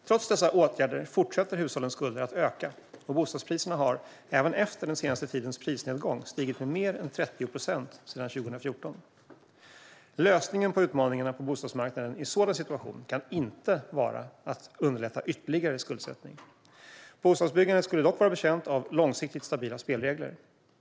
Trots dessa åtgärder fortsätter hushållens skulder att öka, och bostadspriserna har, även efter den senaste tiden prisnedgång, stigit med mer än 30 procent sedan 2014. Lösningen på utmaningarna på bostadsmarknaden i en sådan situation kan inte vara att underlätta ytterligare skuldsättning. Bostadsbyggandet skulle dock vara betjänt av långsiktigt stabila spelregler.